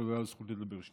תודה על הזכות לדבר.